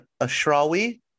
Ashrawi